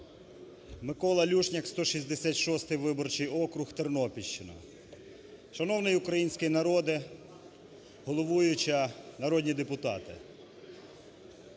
Микола Люшняк, 166 виборчий округ, Тернопільщина. Шановний український народе, головуюча, народні депутати!